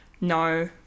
no